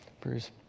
Bruce